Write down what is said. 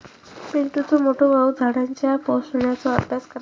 पिंटुचो मोठो भाऊ झाडांच्या पोषणाचो अभ्यास करता